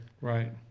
Right